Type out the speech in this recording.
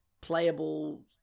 playable